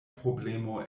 problemo